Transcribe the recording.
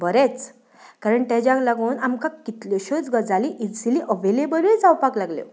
बरेंच कारण तेज्याक लागून आमकां कितल्योश्योच गजाली इज्जिली अवेलेबलूय जावपाक लागल्यो